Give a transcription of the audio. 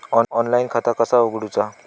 Online खाता कसा उगडूचा?